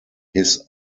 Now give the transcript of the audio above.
his